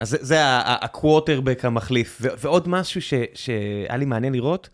אז זה הקואטרבק המחליף, ועוד משהו שהיה לי מעניין לראות?